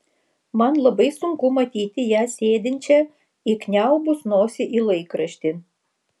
man labai sunku matyti ją sėdinčią įkniaubus nosį į laikraštį